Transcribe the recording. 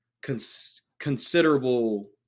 considerable